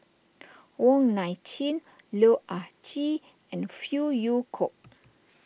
Wong Nai Chin Loh Ah Chee and Phey Yew Kok